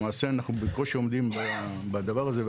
למעשה, אנחנו בקושי עומדים בדבר הזה.